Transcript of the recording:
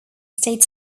state